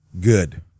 good